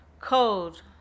Cold